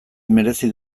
merezi